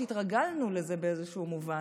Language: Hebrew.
שהתרגלנו לזה באיזשהו מובן,